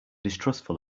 distrustful